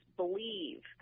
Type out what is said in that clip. believe